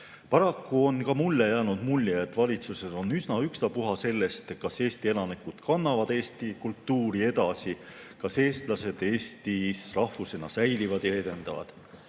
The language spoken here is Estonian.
Paraku on ka mulle jäänud mulje, et valitsusel on üsna ükstapuha sellest, kas Eesti elanikud kannavad eesti kultuuri edasi, kas eestlased Eestis rahvusena säilivad ja edenevad.